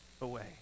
away